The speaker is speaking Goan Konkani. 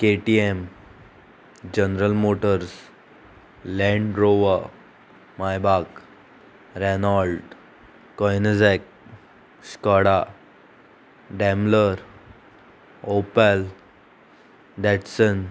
K T M General Motors Land Rover Maybach Renault Koenigsegg Skoda Daimler Opel Datsun